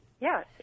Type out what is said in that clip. Yes